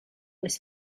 was